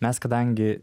mes kadangi